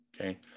okay